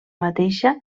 mateixa